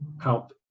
help